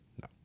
No